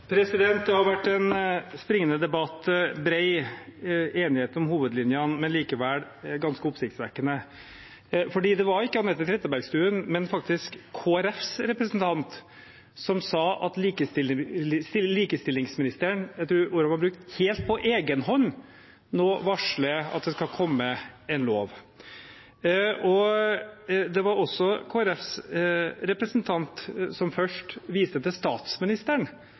Det har vært en springende debatt med bred enighet om hovedlinjene, men likevel ganske oppsiktsvekkende. Det var ikke Anette Trettebergstuen, men faktisk Kristelig Folkepartis representant som sa at likestillingsministeren – jeg tror ordet var brukt – helt på egen hånd nå varsler at det skal komme en lov. Det var også Kristelig Folkepartis representant som først viste til at statsministeren